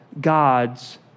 God's